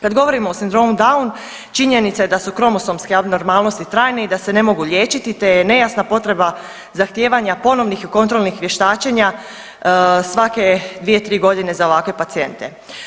Kad govorimo o sindromu Down činjenica je da su kromosomske abnormalnosti trajne i da se ne mogu liječiti te je nejasna potreba zahtijevanja ponovnih i kontrolnih vještačenja svake dvije, tri godine za ovakve pacijente.